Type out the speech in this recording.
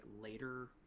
later